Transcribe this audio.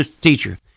teacher